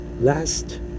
last